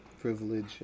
privilege